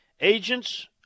Agents